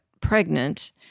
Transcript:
pregnant